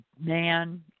man